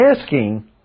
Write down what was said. asking